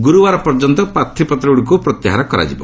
ଗୁରୁବାର ପର୍ଯ୍ୟନ୍ତ ପ୍ରାର୍ଥୀପତ୍ରଗୁଡ଼ିକୁ ପ୍ରତ୍ୟାହାର କରାଯିବ